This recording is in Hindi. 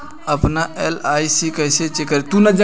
अपना एल.आई.सी कैसे चेक करें?